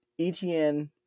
ETN